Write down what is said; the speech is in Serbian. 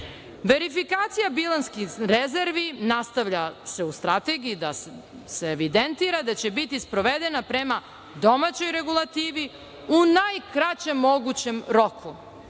svetu. Verifikacija bilansnih rezervi nastavlja se u strategiji da se evidentira da će biti sprovedena prema domaćoj regulativi, u najkraćem mogućem roku.